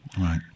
right